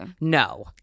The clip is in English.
No